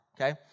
okay